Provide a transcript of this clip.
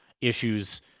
issues